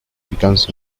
becomes